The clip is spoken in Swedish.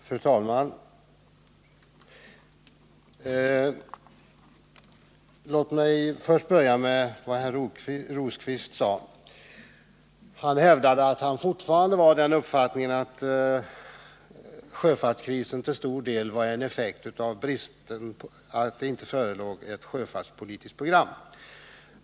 Fru talman! Låt mig börja med vad herr Rosqvist sade. Han hävdade att han fortfarande var av den uppfattningen att sjöfartskrisen till stor del är en effekt av att det inte förelåg ett sjöfartspolitiskt program.